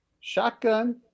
shotgun